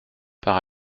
par